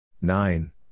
Nine